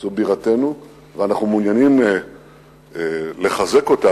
זאת בירתנו ואנחנו מעוניינים לחזק אותה,